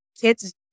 kids